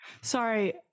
Sorry